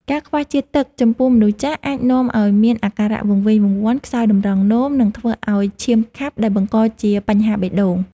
ការខ្វះជាតិទឹកចំពោះមនុស្សចាស់អាចនាំឱ្យមានអាការៈវង្វេងវង្វាន់ ខ្សោយតម្រងនោម និងធ្វើឱ្យឈាមខាប់ដែលបង្កជាបញ្ហាបេះដូង។